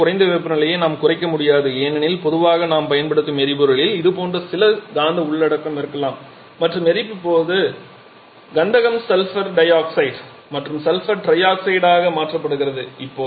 இதை விட குறைந்த வெப்பநிலையை நாம் குறைக்க முடியாது ஏனெனில் பொதுவாக நாம் பயன்படுத்தும் எரிபொருளில் இதுபோன்ற சில கந்தக உள்ளடக்கம் இருக்கலாம் மற்றும் எரிப்பு போது சல்பர் சல்பர் டை ஆக்சைடு மற்றும் சல்பர் ட்ரொக்ஸைடாக மாற்றப்படுகிறது